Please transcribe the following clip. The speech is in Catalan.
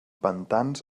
pantans